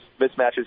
mismatches